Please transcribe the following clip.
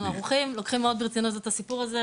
אנחנו ערוכים, לוקחים מאוד ברצינות את הסיפור הזה.